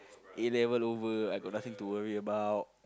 A-levels over I got nothing to worry about